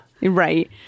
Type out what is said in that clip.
Right